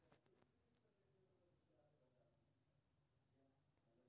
Canara bank चारिटा क्षेत्रीय bank के सेहो प्रायोजक छियै